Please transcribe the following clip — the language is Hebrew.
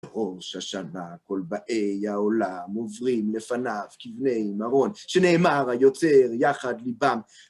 ראש השנה, כל באי העולם עוברים לפניו כבני מרון שנאמר היוצר יחד ליבם.